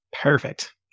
Perfect